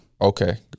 Okay